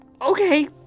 Okay